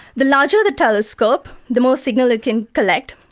the larger the telescope, the more signal it can collect,